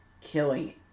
Killing